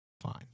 Fine